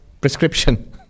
prescription